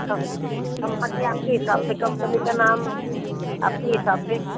company आपकी हिसाब से कंपनी का नाम आपकी हिसाब से